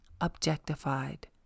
objectified